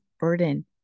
burden